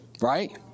Right